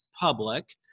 public